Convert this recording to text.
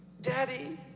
Daddy